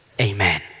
Amen